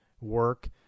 work